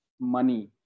money